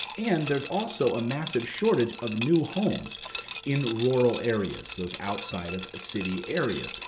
and there's also a massive shortage of new homes in rural areas, those outside of city areas.